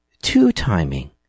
two-timing